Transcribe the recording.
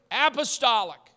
apostolic